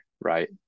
right